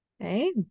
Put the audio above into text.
Okay